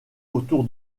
autour